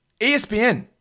ESPN